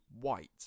white